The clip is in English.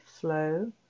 flow